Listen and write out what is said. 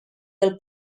del